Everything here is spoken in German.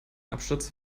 absturz